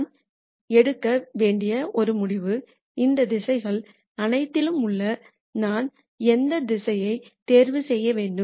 நான் எடுக்க வேண்டிய ஒரு முடிவு இந்த திசைகள் அனைத்திலும் உள்ளது நான் எந்த திசையை தேர்வு செய்ய வேண்டும்